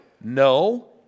No